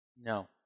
No